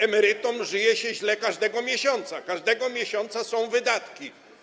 Emerytom żyje się źle każdego miesiąca, każdego miesiąca są wydatki.